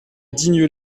digne